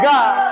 God